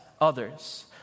others